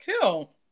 Cool